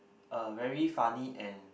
a very funny and